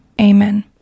amen